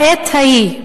בעת ההיא,